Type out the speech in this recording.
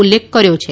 ઉલ્લેખ કર્યો છે